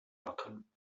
backen